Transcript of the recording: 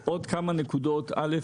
עוד כמה נקודות: א',